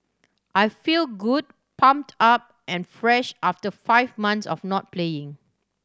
I feel good pumped up and fresh after five months of not playing